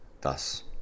thus